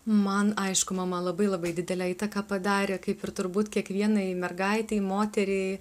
man aišku mama labai labai didelę įtaką padarė kaip ir turbūt kiekvienai mergaitei moteriai